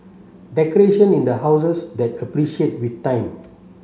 decoration in the houses that appreciate with time